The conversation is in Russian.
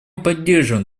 поддерживаем